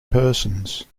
persons